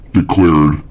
declared